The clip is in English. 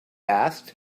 asked